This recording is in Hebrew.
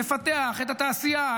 נפתח את התעשייה,